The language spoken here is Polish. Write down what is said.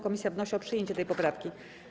Komisja wnosi o przyjęcie tej poprawki.